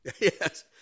Yes